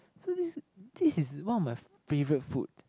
so this this is one of my favourite food